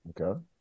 Okay